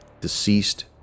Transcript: deceased